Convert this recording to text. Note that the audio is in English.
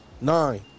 nine